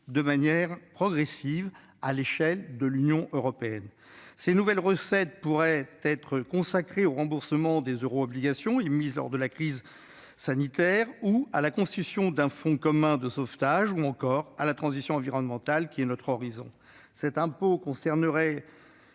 de manière progressive, à l'échelle de l'Union européenne ? Ces recettes nouvelles pourraient être consacrées au remboursement des euro-obligations émises lors de la crise sanitaire, à la constitution d'un fonds commun de sauvetage ou à la transition environnementale, qui est notre horizon. Cet impôt concernerait